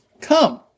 Come